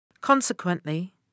Consequently